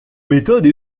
méthode